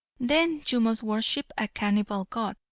then you must worship a cannibal god,